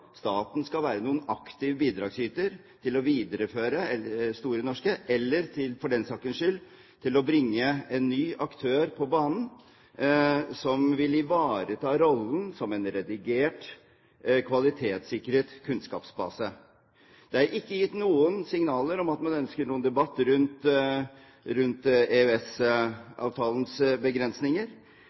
staten skal være noen aktiv bidragsyter til å videreføre Store norske leksikon, eller for den saks skyld til å bringe en ny aktør på banen som vil ivareta rollen som en redigert, kvalitetssikret kunnskapsbase. Det er ikke gitt noen signaler om at man ønsker noen debatt rundt EØS-avtalens begrensninger.